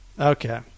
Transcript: Okay